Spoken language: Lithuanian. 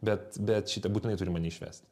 bet bet šitą būtinai turi mane išvest